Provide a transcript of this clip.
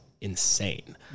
insane